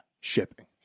Shipping